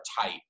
tight